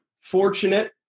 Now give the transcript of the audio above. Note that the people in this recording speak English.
Fortunate